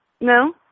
No